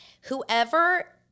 whoever